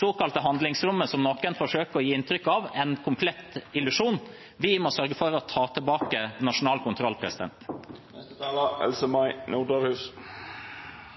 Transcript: såkalte handlingsrommet som noen forsøker å gi inntrykk av, en komplett illusjon. Vi må sørge for å ta tilbake nasjonal kontroll.